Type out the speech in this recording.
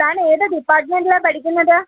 താനേത് ഡിപ്പാട്മെൻ്റിലാണ് പഠിക്കുന്നത്